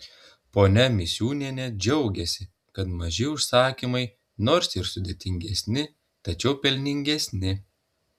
ponia misiūnienė džiaugiasi kad maži užsakymai nors ir sudėtingesni tačiau pelningesni